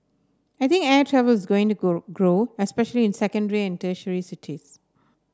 I think air travel is going to grow especially in secondary and tertiary cities